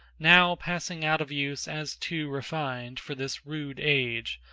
now passing out of use as too refined for this rude age,